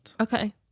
okay